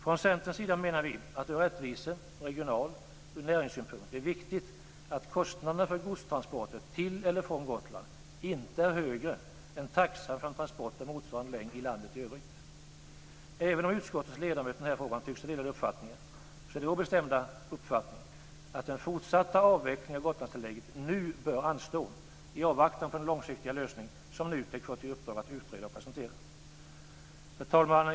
Från Centerns sida menar vi att det ur rättvise-, regional och näringssynpunkt är viktigt att kostnaderna för godstransporter till eller från Gotland inte är högre än taxan för en transport av motsvarande längd i landet i övrigt. Även om utskottets ledamöter i den här frågan tycks ha delade uppfattningar, är det vår bestämda mening att den fortsatta avvecklingen av Gotlandstillägget nu bör anstå i avvaktan på den långsiktiga lösning som NUTEK fått i uppdrag att utreda och presentera. Herr talman!